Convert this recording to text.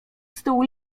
stół